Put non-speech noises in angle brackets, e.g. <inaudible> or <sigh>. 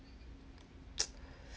<noise>